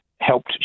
Helped